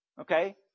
Okay